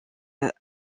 est